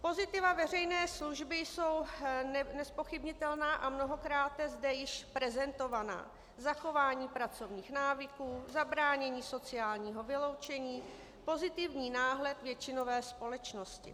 Pozitiva veřejné služby jsou nezpochybnitelná a mnohokrát zde již prezentovaná zachování pracovních návyků, zabránění sociálnímu vyloučení, pozitivní náhled většinové společnosti.